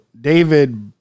David